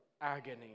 agony